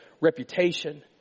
reputation